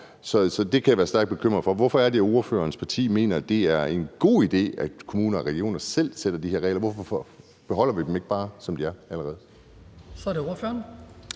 Så det kan jeg være stærkt bekymret for. Hvorfor er det, at ordførerens parti mener, det er en god idé, at kommuner og regioner selv sætter de her regler? Hvorfor beholder vi dem ikke bare, som de allerede er? Kl. 15:19 Den